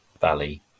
valley